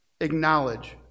acknowledge